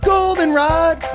Goldenrod